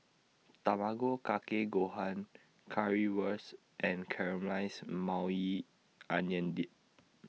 Tamago Kake Gohan Currywurst and Caramelized Maui Onion Dip